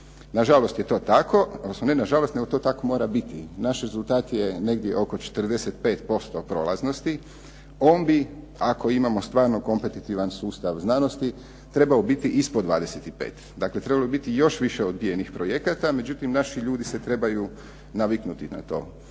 Nažalost je to tako, odnosno ne nažalost nego to tako mora biti. Naš rezultat je negdje oko 45% prolaznosti, on bi ako imamo stvarno kompetitivan sustav znanosti trebao biti ispod 25, dakle trebalo bi biti još više odbijenih projekata međutim naši ljudi se trebaju naviknuti na to.